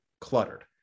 cluttered